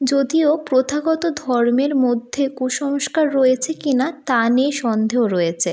যদিও প্রথাগত ধর্মের মধ্যে কুসংস্কার রয়েছে কি না তা নিয়ে সন্দেহ রয়েছে